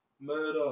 Murder